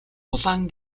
улаан